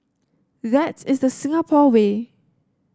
that is the Singapore way